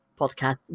podcast